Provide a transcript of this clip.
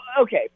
Okay